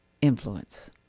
influence